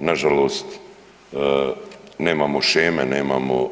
Na žalost nemamo sheme, nemamo